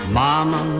mama